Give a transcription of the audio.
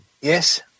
Yes